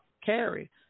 carry